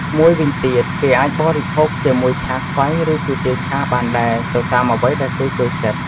មួយវិញទៀតគេអាចបរិភោគជាមួយឆាខ្វៃ ឬគុយទាវឆា បានដែរទៅតាមអ្វីដែរគេចូលចិត្ត។